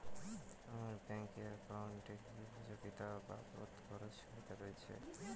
আমার ব্যাংক এর একাউন্টে কি উপযোগিতা বাবদ খরচের সুবিধা রয়েছে?